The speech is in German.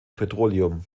petroleum